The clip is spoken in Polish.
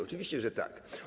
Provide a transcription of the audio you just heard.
Oczywiście, że tak.